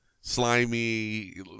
slimy